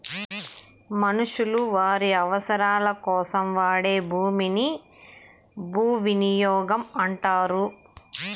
మనుషులు వారి అవసరాలకోసం వాడే భూమిని భూవినియోగం అంటారు